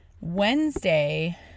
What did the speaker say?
Wednesday